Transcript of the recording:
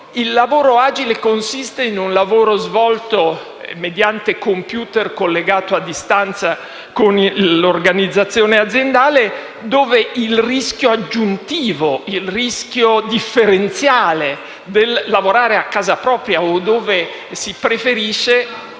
di lavoro consiste in un'attività svolta mediante *computer* collegato a distanza con l'organizzazione aziendale: dove il rischio aggiuntivo, il rischio differenziale del lavorare a casa propria o dove si preferisce,